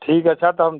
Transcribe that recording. ठीक है सर तो हम